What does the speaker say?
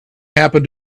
happen